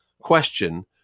question